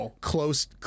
close